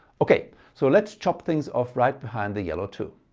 okay so let's chop things off right behind the yellow two.